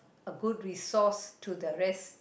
a good resource to the rest